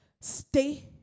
stay